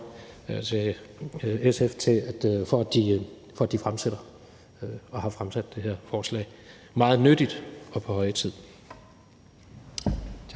til SF for, at de har fremsat det her forslag. Det er meget nyttigt og på høje tid.